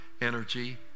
energy